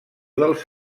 dels